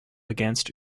against